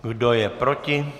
Kdo je proti?